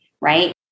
right